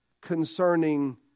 concerning